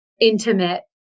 intimate